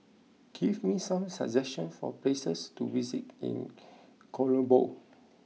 give me some suggestions for places to visit in Colombo